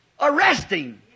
arresting